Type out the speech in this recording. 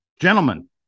Gentlemen